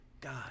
god